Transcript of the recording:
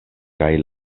kaj